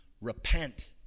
repent